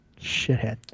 Shithead